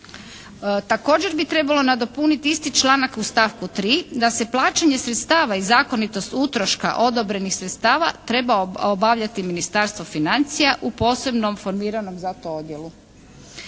Također bi trebalo nadopuniti isti članak u stavku 3. da se plaćanje sredstava i zakonitost utroška odobrenih sredstava treba obavljati Ministarstvo financija u posebnom formiranom za to odjelu.